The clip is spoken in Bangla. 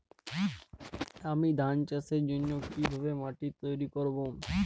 আমি ধান চাষের জন্য কি ভাবে মাটি তৈরী করব?